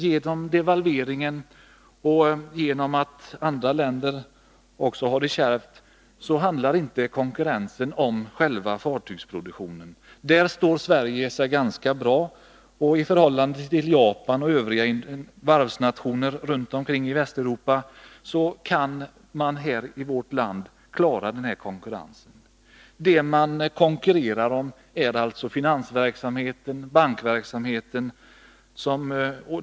Genom devalveringen och genom att andra länder också har det kärvt handlar konkurrensen inte om själva fartygsproduktionen. Där står sig Sverige säkert ganska bra. Gentemot Japan och varvsnationerna i Västeuropa klarar vårt land konkurrensen. Det man konkurrerar om är alltså finansverksamheten, bankverksamheten.